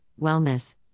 wellness